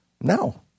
No